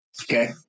Okay